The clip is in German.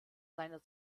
seiner